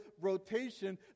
rotation